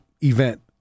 event